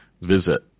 visit